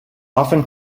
often